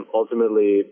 ultimately